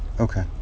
Okay